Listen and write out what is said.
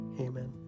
Amen